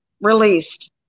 released